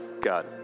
God